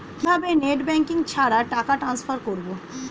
কিভাবে net banking ছাড়া টাকা টান্সফার করব?